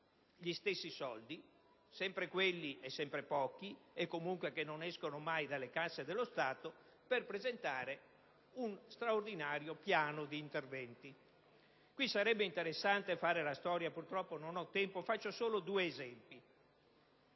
gli stessi soldi, sempre quelli e sempre pochi e comunque che non escono mai delle casse dello Stato, per presentare un piano straordinario di interventi. Qui sarebbe interessante fare la storia, anche se purtroppo non ne il tempo e dunque mi